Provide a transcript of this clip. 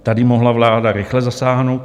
Tady mohla vláda rychle zasáhnout.